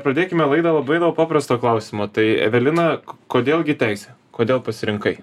pradėkime laidą labai nuo paprasto klausimo tai evelina k kodėl gi teisė kodėl pasirinkai